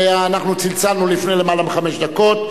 אנחנו צלצלנו לפני למעלה מחמש דקות.